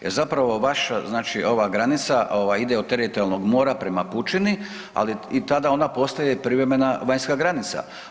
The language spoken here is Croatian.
Jer zapravo vaša znači ova granica ovaj ide od teritorijalnog mora prema pučini i tada ona postaje privremena vanjska granica.